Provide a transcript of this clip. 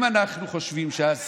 אני, דרך אגב,